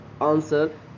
answer